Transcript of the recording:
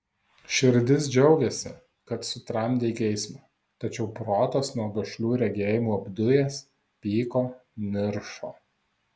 širdis džiaugėsi kad sutramdei geismą tačiau protas nuo gašlių regėjimų apdujęs pyko niršo